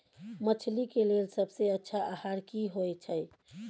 मछली के लेल सबसे अच्छा आहार की होय छै?